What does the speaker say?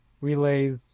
relays